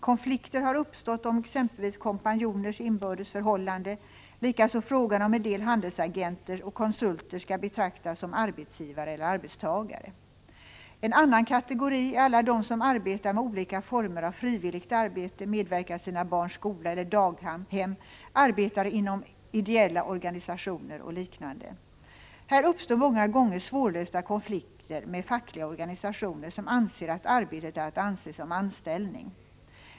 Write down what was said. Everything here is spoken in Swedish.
Konflikter har uppstått om exempelvis kompanjoners inbördes förhållande liksom i fråga om en del handelsagenter och konsulter skall betraktas som arbetsgivare eller arbetstagare. En annan kategori är alla de som arbetar med olika former av frivilligt arbete, medverkar i sina barns skola eller daghem, arbetar inom ideella organisationer och liknande. Här uppstår många gånger svårlösta konflikter med fackliga organisationer, som anser att arbetet är att anse som anställning.